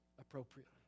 appropriately